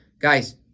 guys